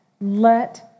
let